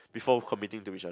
before committing to each other